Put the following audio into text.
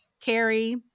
Carrie